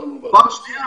פעם שנייה,